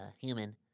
human